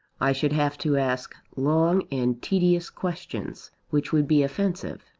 i should have to ask long and tedious questions, which would be offensive.